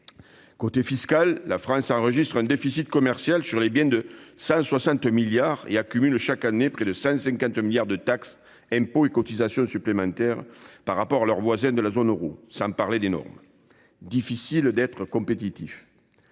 Côté fiscal, la France enregistre un déficit commercial sur les biens de 160 milliards d'euros et accumule chaque année près de 150 milliards d'euros de taxes, impôts et cotisations supplémentaires par rapport à ses voisins de la zone euro- sans parler des normes. Difficile, dans ces conditions,